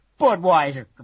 Budweiser